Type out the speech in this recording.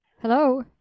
Hello